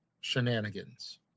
Shenanigans